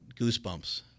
goosebumps